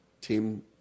team